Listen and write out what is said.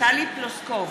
טלי פלוסקוב,